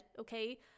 okay